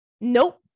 nope